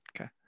Okay